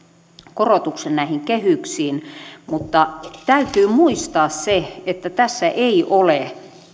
korotuksen näihin kehyksiin mutta täytyy muistaa se että tässä ei ole